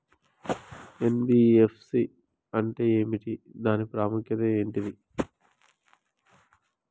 NBFC అంటే ఏమిటి దాని ప్రాముఖ్యత ఏంటిది?